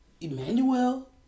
Emmanuel